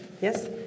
Yes